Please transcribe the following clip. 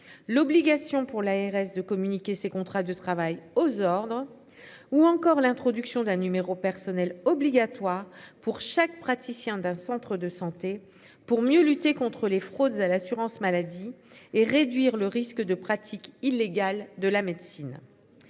L'obligation pour l'ARS de communiquer ces contrats de travail aux ordres ou encore l'introduction d'un numéro personnel obligatoire pour chaque praticien d'un centre de santé pour mieux lutter contre les fraudes à l'assurance maladie et réduire le risque de pratique illégale de la médecine.